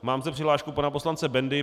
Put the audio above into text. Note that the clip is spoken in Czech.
Mám zde přihlášku pana poslance Bendy.